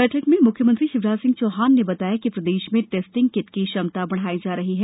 बैठक में मुख्यमंत्री शिवराज सिंह चौहान ने बताया कि प्रदेश में टेस्टिंग किट की क्षमता बढ़ाई जा रही है